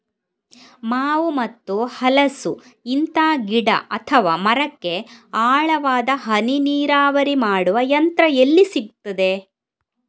ಮಾವು ಮತ್ತು ಹಲಸು, ಇಂತ ಗಿಡ ಅಥವಾ ಮರಕ್ಕೆ ಆಳವಾದ ಹನಿ ನೀರಾವರಿ ಮಾಡುವ ಯಂತ್ರ ಎಲ್ಲಿ ಸಿಕ್ತದೆ?